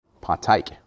partake